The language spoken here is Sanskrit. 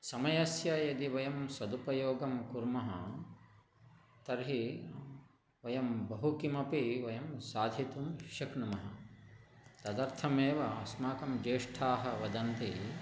समयस्य यदि वयं सदुपयोगं कुर्मः तर्हि वयं बहु किमपि वयं साधितुं शक्नुमः तदर्थमेव अस्माकं ज्येष्ठाः वदन्ति